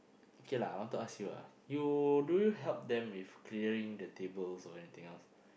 okay lah I want to ask you ah you do you help them with clearing the tables or anything else